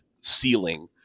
ceiling